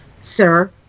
sir